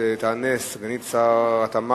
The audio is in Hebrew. תענה סגנית שר התעשייה,